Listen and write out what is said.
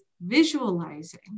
visualizing